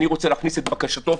אני רוצה להכניס את בקשתו,